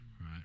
right